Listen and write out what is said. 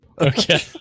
Okay